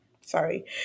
sorry